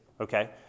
Okay